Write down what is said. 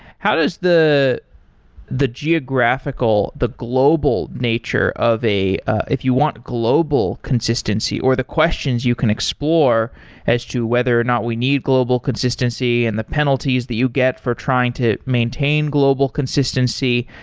how does the the geographical, the global nature of a if you want global consistency, or the questions you can explore as to whether or not we need global consistency and the penalties that you get for trying to maintain global consistency.